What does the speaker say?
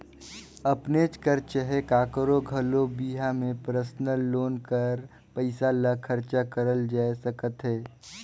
अपनेच कर चहे काकरो घलो बिहा में परसनल लोन कर पइसा ल खरचा करल जाए सकत अहे